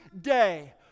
day